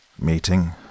Meeting